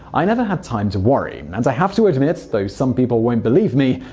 i never had time to worry. and i have to admit, though some people won't believe me,